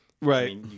Right